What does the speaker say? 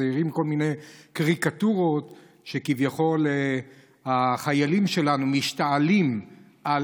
הם מציירים כל מיני קריקטורות שכביכול החיילים שלנו משתעלים על